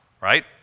right